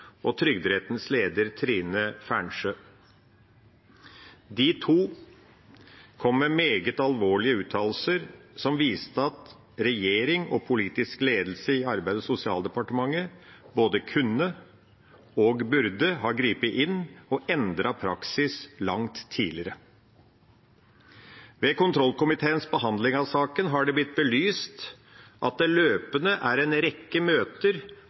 og Trygderettens leder, Trine Fernsjø. De to kom med meget alvorlige uttalelser som viste at regjering og politisk ledelse i Arbeids- og sosialdepartementet både kunne og burde ha grepet inn og endret praksis langt tidligere. Ved kontrollkomiteens behandling av saken har det blitt belyst at det løpende har vært en rekke møter